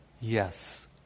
yes